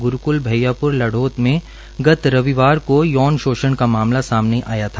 ग्रूकल भैयाप्र लाढौत में गत रविवार को यौन शोषण का मामला सामने आया था